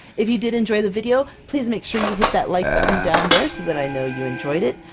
if you did enjoy the video, please make sure you hit that like button down there, so that i know you enjoyed it.